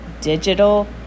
digital